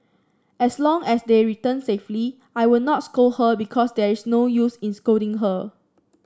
as long as they return safely I will not scold her because there is no use in scolding her